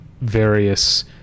various